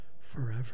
forever